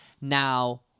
now